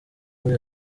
muri